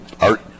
art